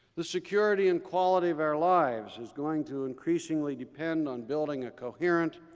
the security and quality of our lives is going to increasingly depend on building a coherent,